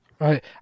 Right